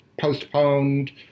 postponed